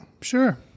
Sure